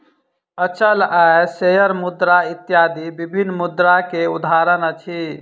अचल आय, शेयर मुद्रा इत्यादि विभिन्न मुद्रा के उदाहरण अछि